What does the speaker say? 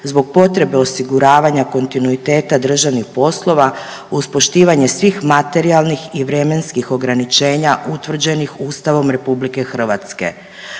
zbog potrebe osiguravanja kontinuiteta državnih poslova uz poštivanje svih materijalnih i vremenskih ograničenja utvrđenih Ustavom RH.